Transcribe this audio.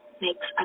makes